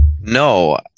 No